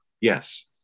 Yes